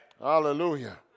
Hallelujah